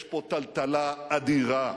יש פה טלטלה אדירה.